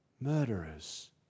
murderers